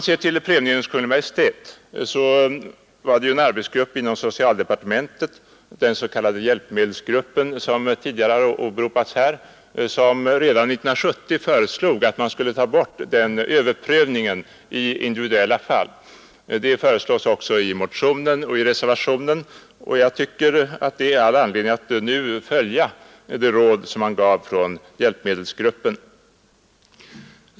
Vad gäller prövningen hos Kungl. Maj:t föreslog redan 1970 den arbetsgrupp inom socialdepartementet, den s.k. hjälpmedelsgruppen, som tidigare åberopats här, att man skulle ta bort den överprövningen i individuella fall. Det föreslås också i motionen och reservationen, och jag tycker att det finns all anledning att nu följa det råd som hjälpmedelsgruppen gav.